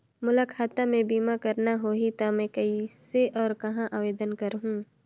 मोला खाता मे बीमा करना होहि ता मैं कइसे और कहां आवेदन करहूं?